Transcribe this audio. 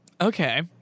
Okay